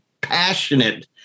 passionate